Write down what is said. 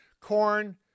Corn